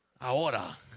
ahora